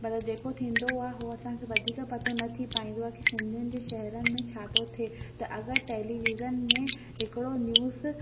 मतिलबु जेको थींदो आहे उहो असांखे वधीक पतो न थी पाईंदो आहे की सिंधियुनि जे शहरुनि में छा थो थिए त अगरि टेलीवीज़न में हिकिड़ो न्यूज़